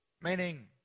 meaning